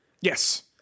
Yes